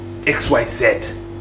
XYZ